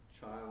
child